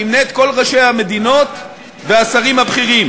אני אמנה את ראשי המדינות והשרים הבכירים